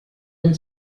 and